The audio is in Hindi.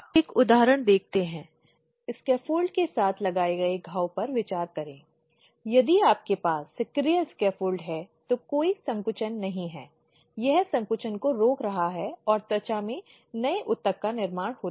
व्यवहार के संबंध में स्पष्टता और यह इंगित करना चाहिए कि व्यवहार आक्रामक था अपमानजनक था व्यवहार कार्य स्थल पर हुआ था या यह कार्य से संबंधित था इसलिए यह सब बहुत महत्वपूर्ण है